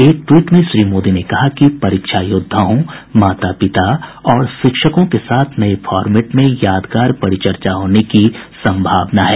एक ट्वीट में श्री मोदी ने कहा कि परीक्षा योद्धाओं माता पिता और शिक्षकों के साथ नये फॉरमेट में यादगार परिचर्चा होने की संभावना है